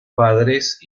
padres